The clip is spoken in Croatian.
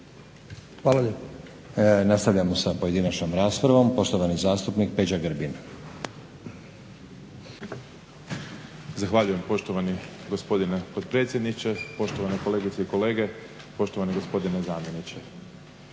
Nenad (SDP)** Nastavljamo sa pojedinačnom raspravom. Poštovani zastupnik Peđa Grbin. **Grbin, Peđa (SDP)** Zahvaljujem poštovani gospodine potpredsjedniče, poštovane kolegice i kolege, poštovani gospodine zamjeniče.